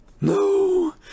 no